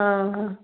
ହଁ ହଁ